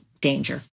danger